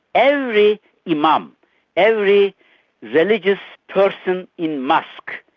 every imam, every religious person in mosque,